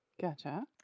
Gotcha